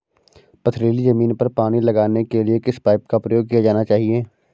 पथरीली ज़मीन पर पानी लगाने के किस पाइप का प्रयोग किया जाना चाहिए?